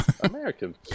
American